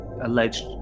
alleged